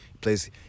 plays